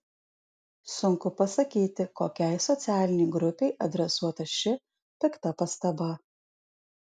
sunku pasakyti kokiai socialinei grupei adresuota ši pikta pastaba